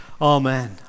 Amen